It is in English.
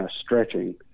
stretching